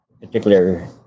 particular